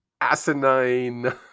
asinine